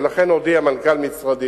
לכן הודיע מנכ"ל משרדי